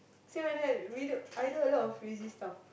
same like that we do I do a lot of crazy stuffs